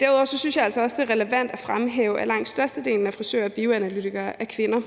Derudover synes jeg altså også, at det er relevant at fremhæve, at langt størstedelen af frisører og bioanalytikere er kvinder.